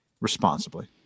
responsibly